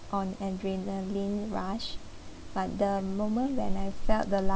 on adrenaline rush but the moment when I felt the